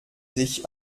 sich